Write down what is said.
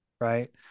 right